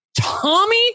Tommy